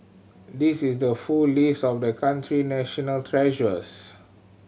this is the full list of the country national treasures